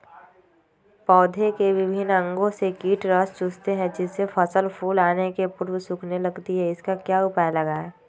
पौधे के विभिन्न अंगों से कीट रस चूसते हैं जिससे फसल फूल आने के पूर्व सूखने लगती है इसका क्या उपाय लगाएं?